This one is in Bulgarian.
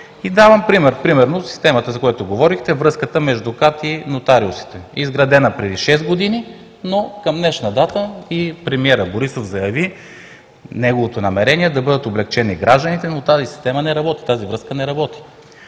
И давам пример, примерно системата, за която говорихте – връзката между КАТ и нотариусите. Изградена преди шест години, но към днешна дата – и премиерът Борисов заяви неговото намерение да бъдат облекчени гражданите – тази система не работи, тази връзка не работи.